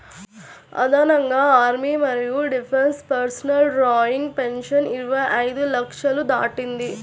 అదనంగా ఆర్మీ మరియు defence personnel drawing pension ఇరవై ఐదు లక్షలు దాటింది